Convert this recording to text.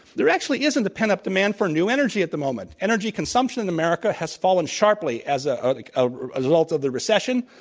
there actually isn't a pent-up demand for new energy at the moment. energy consumption in america has fallen sharply as ah ah like a result of the recession.